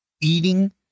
eating